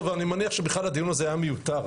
ואני מניח שבכלל הדיון הזה היה מיותר,